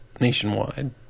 nationwide